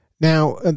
Now